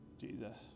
Jesus